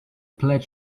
plaid